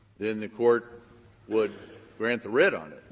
then the court would grant the writ on